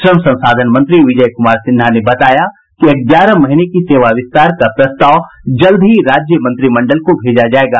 श्रम संसाधन मंत्री विजय कुमार सिन्हा ने बताया कि ग्यारह महीने की सेवा विस्तार का प्रस्ताव जल्द ही राज्य मंत्रिमंडल को भेजा जाएगा